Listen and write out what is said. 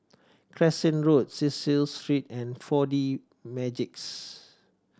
Crescent Road Cecil Street and Four D Magix